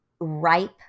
ripe